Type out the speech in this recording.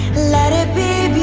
let it be